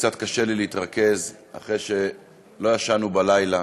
קצת קשה לי להתרכז, אחרי שלא ישנו בלילה